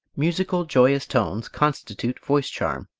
musical, joyous tones constitute voice charm,